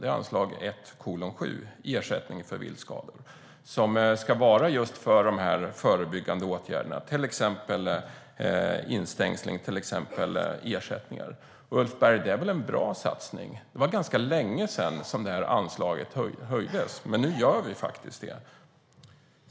Det är anslag 1:7 om ersättning för viltskador som ska vara just för de här förebyggande åtgärderna, till exempel instängsling och ersättningar. Det är väl en bra satsning, Ulf Berg? Det var ganska länge sedan det här anslaget höjdes, men nu gör vi faktiskt det.